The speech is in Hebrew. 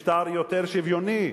משטר יותר שוויוני,